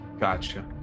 Gotcha